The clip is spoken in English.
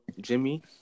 Jimmy